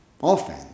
often